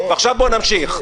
ועכשיו בוא נמשיך.